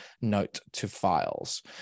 Note-to-Files